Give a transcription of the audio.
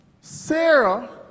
Sarah